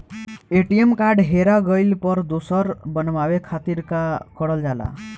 ATM card हेरा गइल पर दोसर बनवावे खातिर का करल जाला?